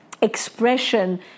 expression